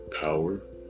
power